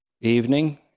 evening